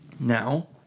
Now